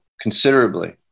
considerably